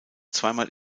zweimal